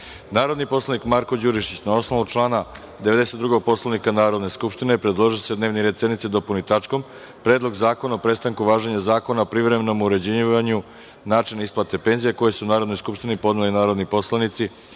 predlog. Narodni poslanik Marko Đurišić, na osnovu člana 92. Poslovnika Narodne skupštine, predložio je da se dnevni red sednice dopuni tačkom – Predlog zakona o prestanku važenja Zakona o privremenom uređivanju načina isplate penzija, koji su Narodnoj skupštini podneli narodni poslanici